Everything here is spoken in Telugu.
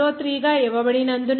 03 గా ఇవ్వబడినందున మీరు ఈ 1